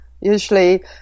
Usually